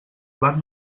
blat